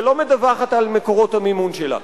שלא מדווחת על מקורות המימון שלה.